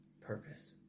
purpose